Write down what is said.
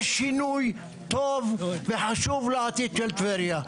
יש שינוי טוב וחשוב לעתיד של טבריה.